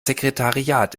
sekretariat